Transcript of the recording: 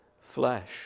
flesh